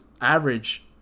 average